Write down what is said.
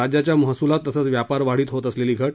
राज्याच्या महसुलात तसंच व्यापार वाढीत होत असलेली घट